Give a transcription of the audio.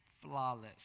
flawless